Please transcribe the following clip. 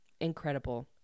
incredible